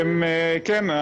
כן.